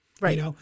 Right